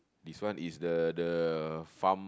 this one is the the farm